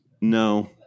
No